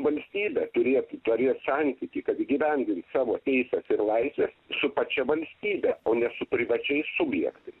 valstybe turėtų turėt santykį kad įgyvendint savo teises ir laisves su pačia valstybe o ne su privačiais subjektais